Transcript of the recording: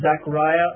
Zechariah